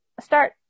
start